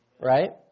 Right